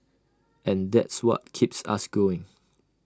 and that's what keeps us going